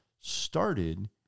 started